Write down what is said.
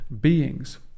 beings